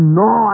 no